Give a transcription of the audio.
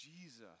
Jesus